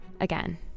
again